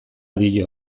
dio